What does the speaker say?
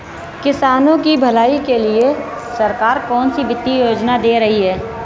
किसानों की भलाई के लिए सरकार कौनसी वित्तीय योजना दे रही है?